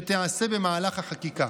שתיעשה במהלך החקיקה.